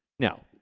now,